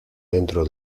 dentro